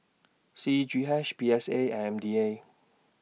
C G H P S A M D A